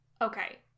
Okay